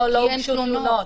לא, פשוט אין תלונות.